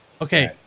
Okay